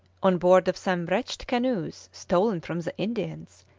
on board of some wretched canoes stolen from the indians,